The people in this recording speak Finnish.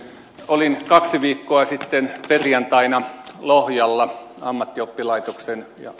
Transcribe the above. olin kaksi viikkoa sitten perjantaina lohjalla ammattioppilaitoksen ja p